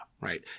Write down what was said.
Right